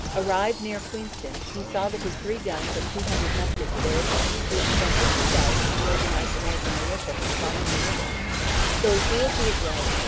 arrived near queenston, he saw that his three guns and two hundred muskets there could easily prevent the two thousand disorganized american militia from crossing the river so he wheeled to his right,